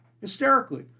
hysterically